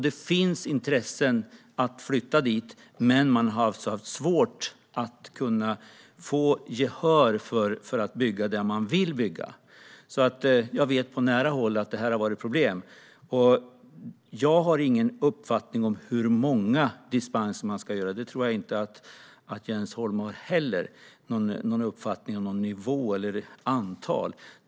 Det finns de som är intresserade av att flytta dit, men de har haft svårt att få gehör för att bygga där de vill bygga. Jag vet på nära håll att det har varit problem. Jag har ingen uppfattning om hur många dispenser som ska ges. Jag tror inte att Jens Holm heller har någon uppfattning om nivå eller antal.